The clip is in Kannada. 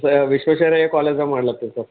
ಸರ ವಿಶ್ವೇಶ್ವರಯ್ಯ ಕಾಲೇಜಾಗೆ ಮಾಡ್ಲತ್ತೀವಿ ಸರ್